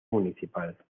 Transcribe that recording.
municipal